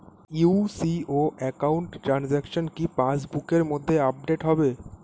UCO account transaction কি পাস বুকের মধ্যে আপডেট হবে?